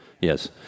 Yes